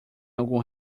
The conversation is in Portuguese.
algum